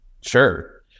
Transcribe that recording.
Sure